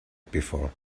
before